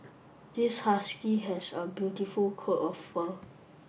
this husky has a beautiful coat of fur